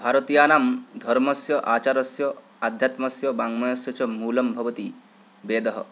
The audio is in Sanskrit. भारतीयानां धर्मस्य आचारस्य आध्यात्मस्य वाङ्गमयस्य च मूलं भवति वेदः